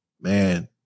man